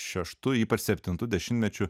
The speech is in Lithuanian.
šeštu ypač septintu dešimtmečiu